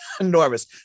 enormous